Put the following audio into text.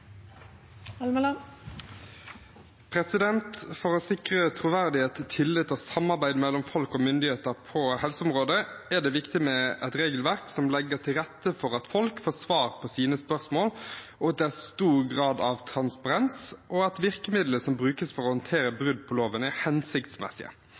innstillingen. For å sikre troverdighet, tillit og samarbeid mellom folk og myndigheter på helseområdet er det viktig med et regelverk som legger til rette for at folk får svar på sine spørsmål, at det er stor grad av transparens, og at virkemidlene som brukes for å